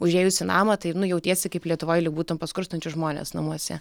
užėjus į namą tai nu jautiesi kaip lietuvoj lyg būtum pas skurstančius žmones namuose